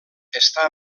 està